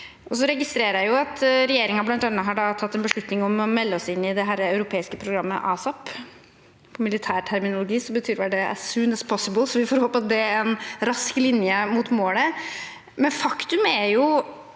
Jeg registrerer at regjeringen bl.a. har tatt en beslutning om å melde oss inn i det europeiske programmet ASAP. I militær terminologi betyr vel det «as soon as possible», så vi får håpe det er en rask linje mot målet,